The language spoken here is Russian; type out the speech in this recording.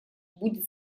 будет